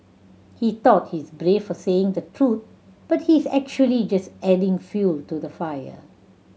he thought he's brave for saying the truth but he's actually just adding fuel to the fire